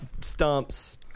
stumps